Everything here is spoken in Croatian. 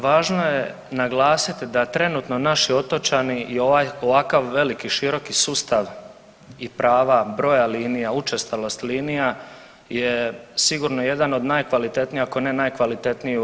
Važno je naglasit da trenutno naši otočani i ovakav veliki široki sustav i prava broja linija, učestalost linija je sigurno jedan od najkvalitetniji, ako ne najkvalitetniji u EU.